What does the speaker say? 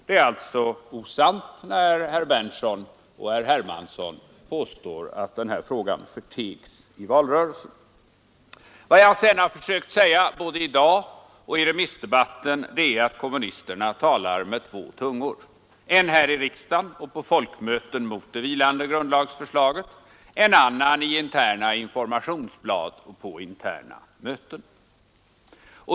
Det är alltså osant när herr Berndtson och herr Hermansson påstår att den här frågan förtegs i valrörelsen. Vad jag sedan har försökt säga både i dag och i remissdebatten är att kommunisterna talar med två tungor — en här i riksdagen och på folkmöten mot det vilande grundlagsförslaget, en annan i interna informationsblad och på interna möten.